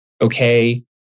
Okay